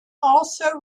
also